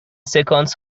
سکانس